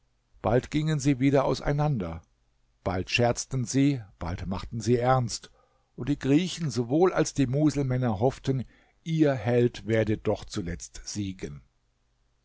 bald gingen sie wieder auseinander bald scherzten sie bald machten sie ernst und die griechen sowohl als die muselmänner hofften ihr held werde doch zuletzt siegen